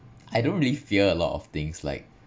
I don't really fear a lot of things like